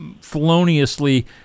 feloniously